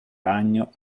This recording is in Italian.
ragno